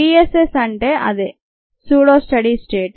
PSS అంటే అదే pseudo steady state